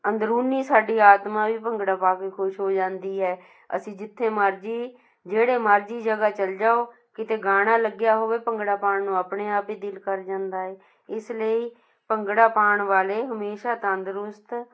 ਅੰਦਰੂਨੀ ਸਾਡੀ ਆਤਮਾ ਵੀ ਭੰਗੜਾ ਪਾ ਕੇ ਖੁਸ਼ ਹੋ ਜਾਂਦੀ ਹੈ ਅਸੀਂ ਜਿੱਥੇ ਮਰਜ਼ੀ ਜਿਹੜੇ ਮਰਜ਼ੀ ਜਗ੍ਹਾ ਚਲ ਜਾਓ ਕਿਤੇ ਗਾਣਾ ਲੱਗਿਆ ਹੋਵੇ ਭੰਗੜਾ ਪਾਉਣ ਨੂੰ ਆਪਣੇ ਆਪ ਹੀ ਦਿਲ ਕਰ ਜਾਂਦਾ ਹੈ ਇਸ ਲਈ ਭੰਗੜਾ ਪਾਉਣ ਵਾਲੇ ਹਮੇਸ਼ਾ ਤੰਦਰੁਸਤ